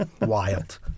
Wild